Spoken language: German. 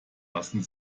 lassen